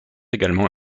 également